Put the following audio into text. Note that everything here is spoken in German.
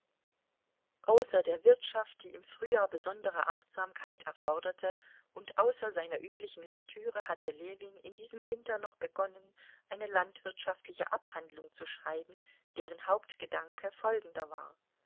außer der wirtschaft die im frühjahr besondere achtsamkeit erforderte und außer seiner üblichen lektüre hatte ljewin in diesem winter noch begonnen eine landwirtschaftliche abhandlung zu schreiben deren hauptgedanke folgender war